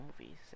movies